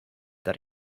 that